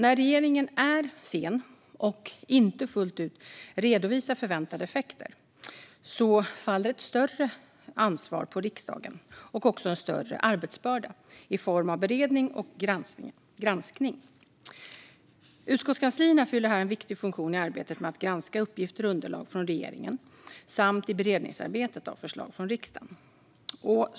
När regeringen är sen och inte fullt ut redovisar förväntade effekter faller ett större ansvar på riksdagen och också en större arbetsbörda i form av beredning och granskning. Utskottskanslierna fyller en viktig funktion i arbetet med att granska uppgifter och underlag från regeringen samt i arbetet med beredningen av förslag från riksdagen.